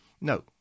No